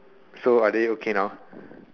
so are they okay now